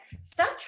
stop